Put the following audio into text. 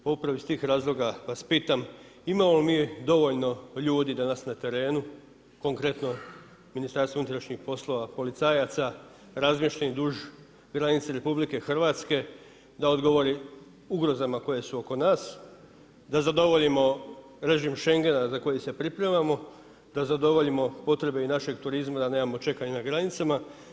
Pa upravo iz tih razloga vas pitam, imamo li mi dovoljno ljudi danas na terenu, konkretno Ministarstvo unutrašnjih poslova, policajaca, razmještenih duž granice RH, da odgovori ugrozama koje su oko nas, da zadovoljimo režim Schengena za koji se pripremamo, da zadovoljimo potrebe i našeg turizma da nemamo čekanja na granicama.